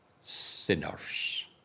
sinners